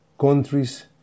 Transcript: countries